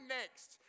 next